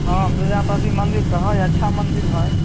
हँ विद्यापति मन्दिर तऽ हइ अच्छा मन्दिर हइ